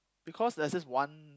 because there's this one